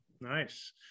Nice